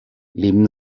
leben